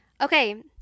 Okay